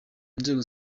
inzego